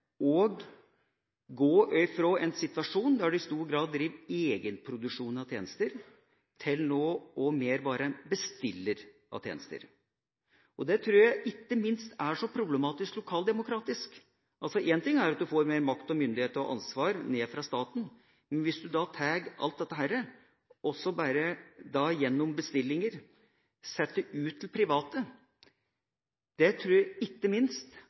å gå fra en situasjon der de i stor grad driver med egenproduksjon av tjenester, til nå å være mer en bestiller av tjenester. Det tror jeg ikke minst er problematisk lokaldemokratisk. Én ting er at en får mer makt, myndighet og ansvar ned fra staten, men hvis du tar alt dette og gjennom bestillinger setter det ut til private, tror jeg det ikke minst